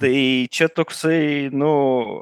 tai čia toksai nu